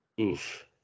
Oof